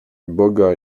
boga